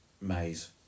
maze